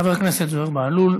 חבר הכנסת זוהיר בהלול.